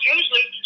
Usually